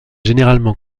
généralement